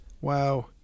wow